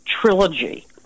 trilogy